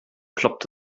ploppt